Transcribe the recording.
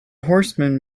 horseman